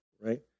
Right